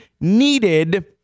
needed